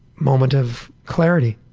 moment of clarity